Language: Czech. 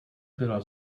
byla